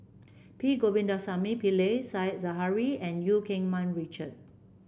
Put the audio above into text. P Govindasamy Pillai Said Zahari and Eu Keng Mun Richard